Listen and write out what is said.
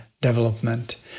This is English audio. development